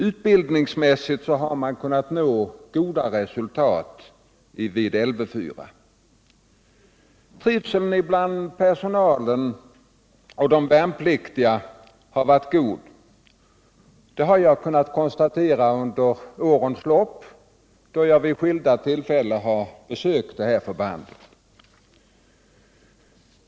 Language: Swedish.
Utbildningsmässigt har man kunnat nå goda resultat vid Lv 4. Och trivseln bland personal och värnpliktiga har varit god — det har jag kunnat konstatera under årens lopp, då jag vid skilda tillfällen besökt förbandet.